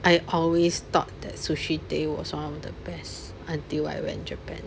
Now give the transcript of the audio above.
I always thought that sushi tei was one of the best until I went japan